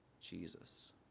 Jesus